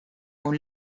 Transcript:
اون